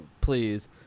please